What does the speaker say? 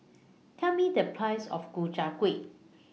Tell Me The Price of Ku Chai Kuih